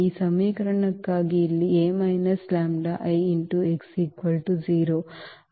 ಈ ಸಮೀಕರಣಕ್ಕಾಗಿ ಇಲ್ಲಿ A λI x 0